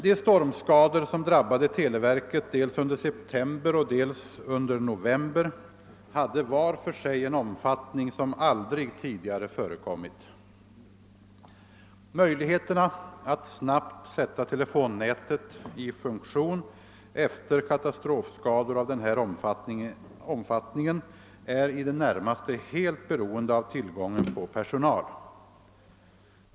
De stormskador, som drabbade televerket dels under september, dels under november, hade var för sig en omfattning, som aldrig tidigare förekommit. Möjligheterna att snabbt sätta telefonnätet i funktion efter katastrofskador av den här omfattningen är i det närmaste helt beroende av tillgången på personal.